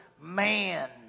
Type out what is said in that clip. man